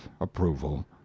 approval